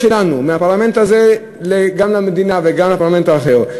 אלא הקריאה שלנו מהפרלמנט הזה היא גם למדינה וגם לפרלמנט האחר,